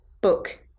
book